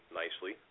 nicely